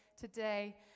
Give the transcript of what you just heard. today